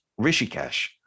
Rishikesh